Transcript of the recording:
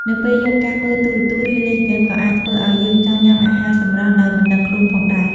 នៅពេលយប់ការមើលទូរទស្សន៍ ឬលេងហ្គេមក៏អាចធ្វើឱ្យយើងចង់ញ៉ាំអាហារសម្រន់ដោយមិនដឹងខ្លួនផងដែរ។